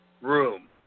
room